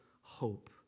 hope